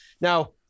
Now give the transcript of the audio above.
Now